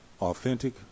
Authentic